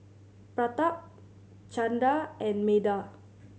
Pratap Chanda and Medha